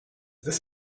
this